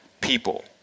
people